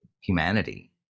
humanity